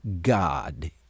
God